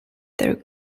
their